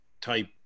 type